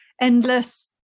endless